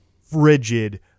frigid